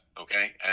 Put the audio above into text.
Okay